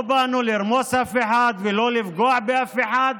לא באנו לרמוס אף אחד ולא לפגוע באף אחד,